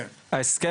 כן.